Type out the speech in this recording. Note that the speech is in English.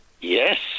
Yes